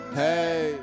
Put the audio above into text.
hey